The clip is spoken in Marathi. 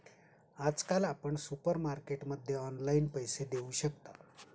आजकाल आपण सुपरमार्केटमध्ये ऑनलाईन पैसे देऊ शकता